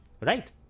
right